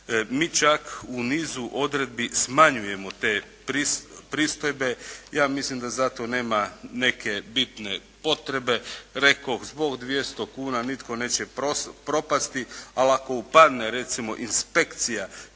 Mi čak u nizu odredbi smanjujemo te pristojbe. Ja mislim da za to nema neke bitne potrebe, rekoh zbog 200 kuna nitko neće propasti, ali ako upadne recimo inspekcija